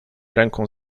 ręką